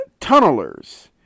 tunnelers